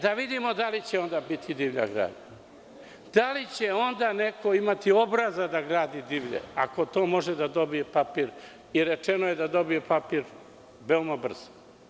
Da vidimo da li će onda biti divlja gradnja, da li će onda neko imati obraza da gradi divlje ako može da dobije papir i rečeno je da će dobiti papir veoma brzo.